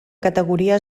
categoria